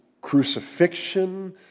Crucifixion